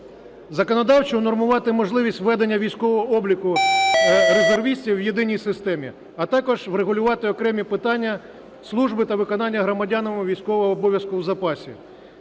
Законодавчо унормувати можливість введення військового обліку резервістів в єдиній системі, а також врегулювати окремі питання служби та виконання громадянами військового обов'язку в запасі.